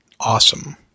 awesome